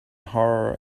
horror